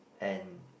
and